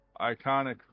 iconic